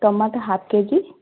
tomato half KG